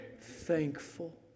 thankful